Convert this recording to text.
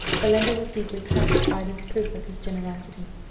belinda was deeply touched by this proof of his generosity.